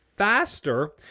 faster